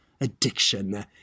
addiction